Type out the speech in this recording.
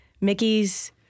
Mickey's